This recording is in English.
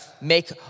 make